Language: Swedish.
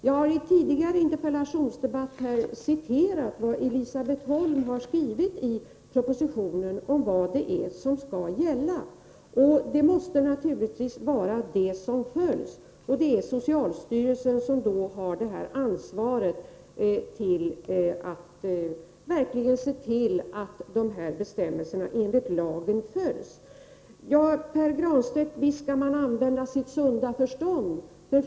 Jag hari en tidigare interpellationsdebatt citerat vad Elisabet Holm har skrivit i propositionen om vad det är som skall gälla. Naturligtvis måste detta följas, och det är socialstyrelsen som har ansvaret för att lagens bestämmelser efterlevs. Visst skall man använda sitt sunda förstånd, Pär Granstedt.